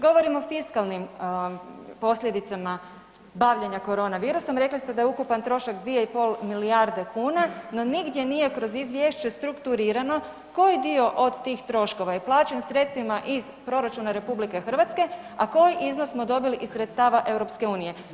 Govorim o fiskalnim posljedicama bavljenja koronavirusom, rekli ste da je ukupan trošak 2,5 milijarde kuna no nigdje nije kroz izvješće strukturirano koji dio od tih troškova je plaćen sredstvima iz proračuna RH, a koji iznos smo dobili iz sredstava EU.